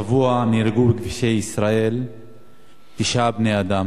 השבוע נהרגו בכבישי ישראל תשעה בני-אדם.